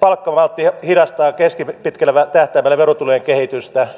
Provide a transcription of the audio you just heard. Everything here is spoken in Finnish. palkkamaltti hidastaa keskipitkällä tähtäimellä verotulojen kehitystä